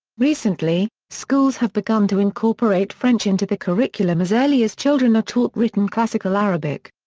recently, schools have begun to incorporate french into the curriculum as early as children are taught written classical arabic.